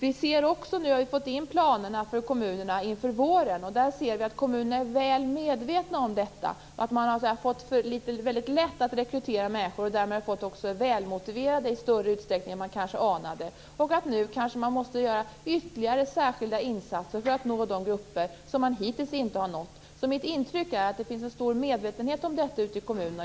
Vi har nu fått in kommunernas planer inför våren, och vi ser där att kommunerna är väl medvetna om detta, att det har varit väldigt lätt att rekrytera människor och därmed få in dem som är välmotiverade i större utsträckning än man kanske hade anat. Man måste nu kanske göra ytterligare särskilda insatser för att nå de grupper som man hittills inte har nått. Mitt intryck är alltså att det finns en stor medvetenhet om detta ute i kommunerna.